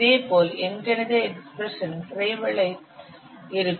இதேபோல் எண்கணித எக்ஸ்பிரஷன் பிறை வளை இருக்கும்